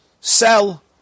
sell